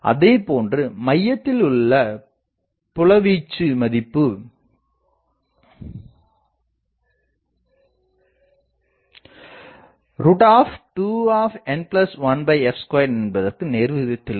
அதேபோன்று மையத்திலுள்ள புலவீச்சு மதிப்பு 2n1f2 என்பதற்கு நேர்விகிதத்தில் இருக்கும்